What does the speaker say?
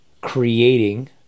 creating